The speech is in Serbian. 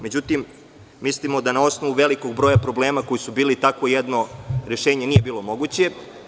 Međutim, mislimo da na osnovu velikog broja problema, koji su bili, takvo jedno rešenje nije bilo moguće.